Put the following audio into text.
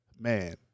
man